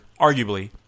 arguably